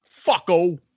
Fucko